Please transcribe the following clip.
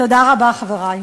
תודה רבה, חברי.